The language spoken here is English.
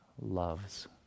loves